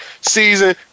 season